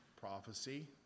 prophecy